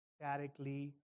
directly